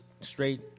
straight